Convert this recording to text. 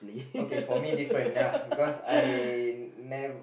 okay for me different ya because I never